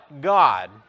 God